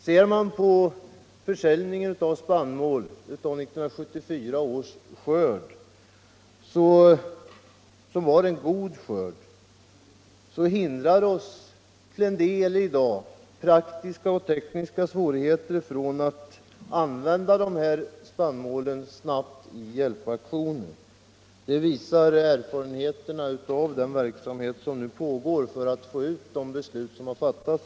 När det gäller 1974 års skörd, som var en god skörd, så hindrar oss i dag en del tekniska och praktiska svårigheter att använda denna spannmål i hjälpaktioner. Det visar erfarenheterna av den verksamhet som nu pågår för att verkställa de beslut riksdagen fattat.